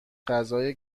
غذای